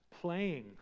playing